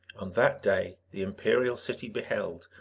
on that day the imperial city beheld,